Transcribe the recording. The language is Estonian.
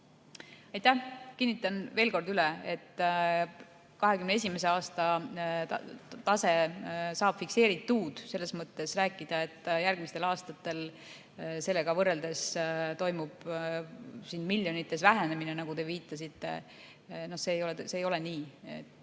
Aitäh! Kinnitan veel kord üle, et 2021. aasta tase saab fikseeritud. Selles mõttes rääkida, et järgmistel aastatel sellega võrreldes toimub siin miljonites vähenemine, nagu te viitasite – no see ei ole nii.